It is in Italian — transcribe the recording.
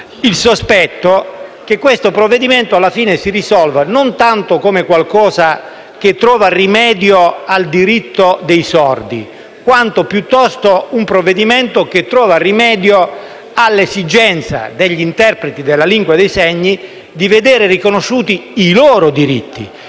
il sospetto che questo provvedimento alla fine si risolva non tanto in qualcosa che trova rimedio al diritto dei sordi, quanto piuttosto in un provvedimento che trova rimedio all'esigenza degli interpreti della lingua dei segni di vedere riconosciuti i loro diritti